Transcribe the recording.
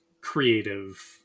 creative